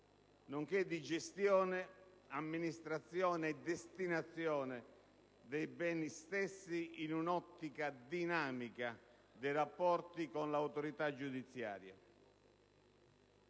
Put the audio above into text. nonché di gestione, amministrazione e destinazione dei beni stessi in un'ottica dinamica dei rapporti con l'autorità giudiziaria.